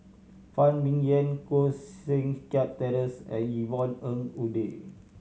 Phan Ming Yen Koh Seng Kiat Terence and Yvonne Ng Uhde